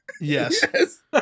yes